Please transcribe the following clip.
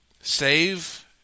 save